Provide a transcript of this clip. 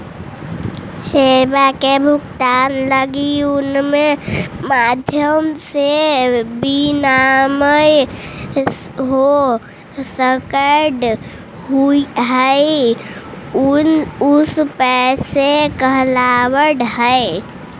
सेवा के भुगतान लगी जउन माध्यम से विनिमय हो सकऽ हई उ पैसा कहलावऽ हई